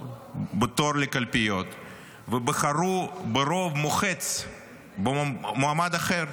בתור לקלפיות ובחרו ברוב מוחץ במועמד אחר,